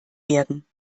werden